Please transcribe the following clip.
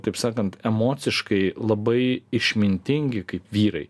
taip sakant emociškai labai išmintingi kaip vyrai